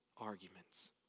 arguments